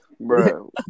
Bro